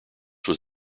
was